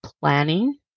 planning